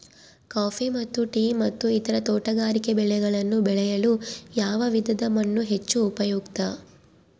Coffee ಮತ್ತು tea ಮತ್ತು ಇತರ ತೋಟಗಾರಿಕೆ ಬೆಳೆಗಳನ್ನು ಬೆಳೆಯಲು ಯಾವ ವಿಧದ ಮಣ್ಣು ಹೆಚ್ಚು ಉಪಯುಕ್ತ?